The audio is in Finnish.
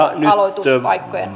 aloituspaikkojen